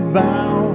bow